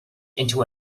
into